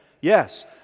Yes